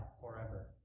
forever